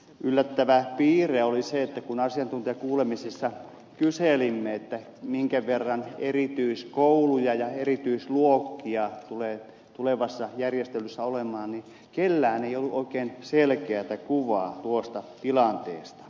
yllättävä piirre oli se että kun asiantuntijakuulemisissa kyselimme minkä verran erityiskouluja ja erityisluokkia tulee tulevassa järjestelyssä olemaan niin kellään ei ollut oikein selkeätä kuvaa tuosta tilanteesta